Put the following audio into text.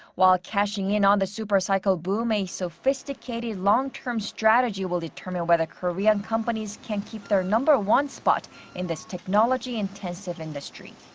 while cashing in on the supercycle boom, a sophisticated, long-term strategy will determine whether korean companies can keep their number one spot in this technology-instensive industry.